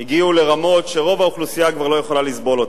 הגיעו לרמות שרוב האוכלוסייה כבר לא יכולה לסבול אותן.